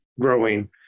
growing